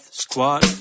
squad